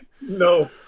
No